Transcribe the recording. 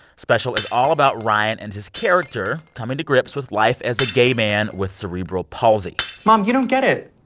special is all about ryan and his character coming to grips with life as a gay man with cerebral palsy mom, you don't get it.